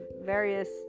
various